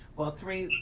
well, three